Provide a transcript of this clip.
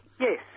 Yes